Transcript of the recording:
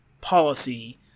policy